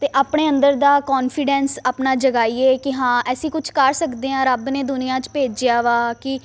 ਅਤੇ ਆਪਣੇ ਅੰਦਰ ਦਾ ਕੋਨਫੀਡੈਂਸ ਆਪਣਾ ਜਗਾਈਏ ਕਿ ਹਾਂ ਅਸੀਂ ਕੁਛ ਕਰ ਸਕਦੇ ਹਾਂ ਰੱਬ ਨੇ ਦੁਨੀਆ 'ਚ ਭੇਜਿਆ ਵਾ ਕਿ